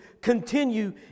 continue